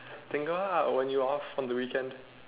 or when you off on the weekend